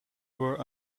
were